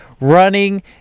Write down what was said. running